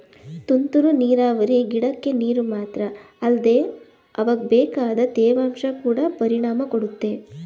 ತುಂತುರು ನೀರಾವರಿ ಗಿಡಕ್ಕೆ ನೀರು ಮಾತ್ರ ಅಲ್ದೆ ಅವಕ್ಬೇಕಾದ ತೇವಾಂಶ ಕೊಡ ಪರಿಣಾಮ ಕೊಡುತ್ತೆ